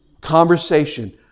conversation